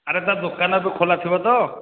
ଆରେ ତା ଦୋକାନ ଏବେ ଖୋଲା ଥିବ ତ